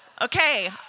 Okay